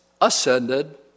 ascended